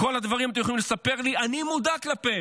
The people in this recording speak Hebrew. כל הדברים אתם יכולים לספר לי, אני מודע להם.